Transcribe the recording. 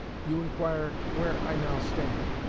you inquire where i now stand.